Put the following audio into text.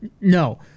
No